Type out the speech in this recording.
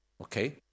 okay